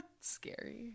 Scary